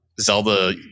Zelda